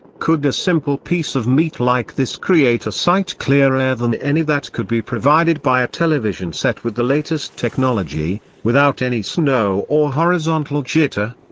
could a simple piece of meat like this create a sight clearer than any that could be provided by a television set with the latest technology, without any snow or horizontal jitter?